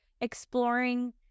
exploring